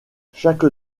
chaque